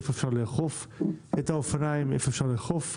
איך אפשר לאכוף את האופניים ואיפה אפשר לאכול קורקינטים.